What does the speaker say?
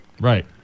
Right